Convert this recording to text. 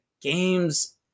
games